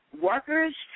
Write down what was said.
workers